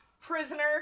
prisoner